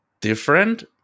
different